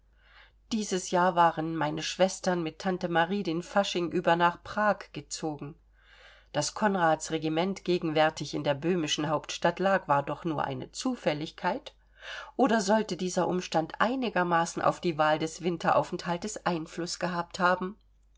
dieses jahr waren meine schwestern mit tante marie den fasching über nach prag gezogen daß konrads regiment gegenwärtig in der böhmischen hauptstadt lag war doch nur eine zufälligkeit oder sollte dieser umstand einigermaßen auf die wahl des winteraufenthaltes einfluß gehabt haben